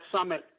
summit